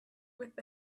with